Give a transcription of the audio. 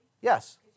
Yes